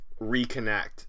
reconnect